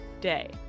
day